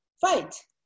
fight